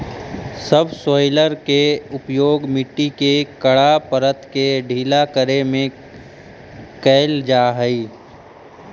subsoiler के उपयोग मट्टी के कड़ा परत के ढीला करे में कैल जा हई